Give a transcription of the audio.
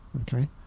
Okay